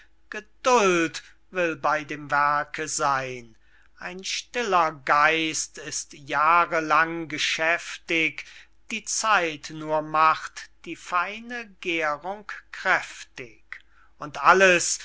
geduld will bey dem werke seyn ein stiller geist ist jahre lang geschäftig die zeit nur macht die feine gährung kräftig und alles